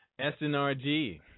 SNRG